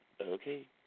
Okay